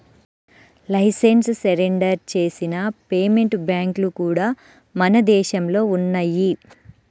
licence surrender చేసిన payment బ్యాంక్లు కూడా మన దేశంలో ఉన్నయ్యి